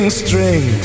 string